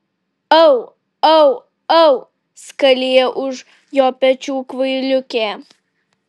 au au au skalija už jo pečių kvailiukė